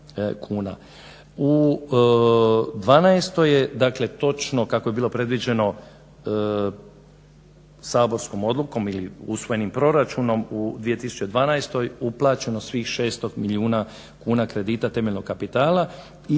je dakle točno kako je bilo predviđeno saborskom odlukom ili usvojenim proračunom u 2012. uplaćeno svih 600 milijuna kredita temeljnog kapitala i